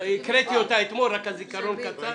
הקראתי אותה אתמול רק הזיכרון קצר.